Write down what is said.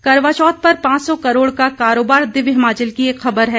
करवा चौथ पर पांच सौ करोड़ का कारोबार दिव्य हिमाचल की खबर है